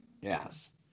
yes